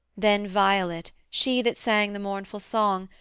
then violet, she that sang the mournful song,